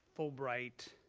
fulbright,